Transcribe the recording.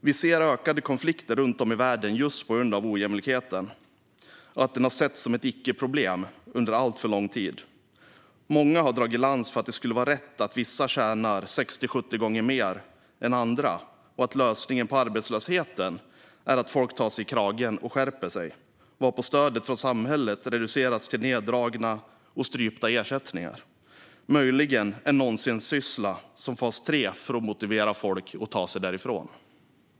Vi ser ökade konflikter runt om i världen just på grund av att ojämlikheten har setts som ett icke-problem under alltför lång tid. Många har dragit lans för att det skulle vara rätt att vissa tjänar 60-70 gånger mer än andra och att lösningen på arbetslösheten är att folk tar sig i kragen och skärper sig - varpå stödet från samhället reducerats till neddragna och strypta ersättningar och möjligen en nonsenssyssla som fas 3 för att motivera folk att ta sig därifrån.